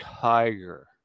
tiger